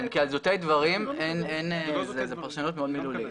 על זוטי דברים, זו פרשנות מאוד מילולית.